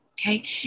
okay